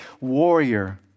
warrior